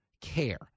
care